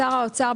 שר האוצר,